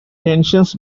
tensions